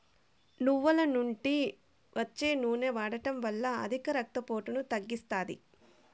నువ్వుల నుండి వచ్చే నూనె వాడడం వల్ల అధిక రక్త పోటును తగ్గిస్తాది